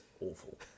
awful